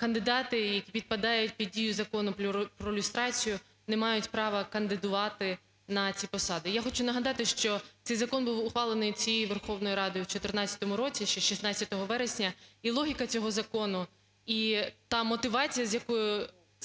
кандидати і підпадають під дію Закону про люстрацію, не мають права кандидувати на ці посади. Я хочу нагадати, що цей закон був ухвалений цією Верховною Радою в 14-му році ще 16 вересня. І логіка цього закону, і та мотивація, з якою